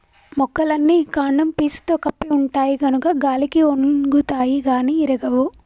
మొక్కలన్నీ కాండం పీసుతో కప్పి ఉంటాయి గనుక గాలికి ఒన్గుతాయి గాని ఇరగవు